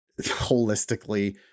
holistically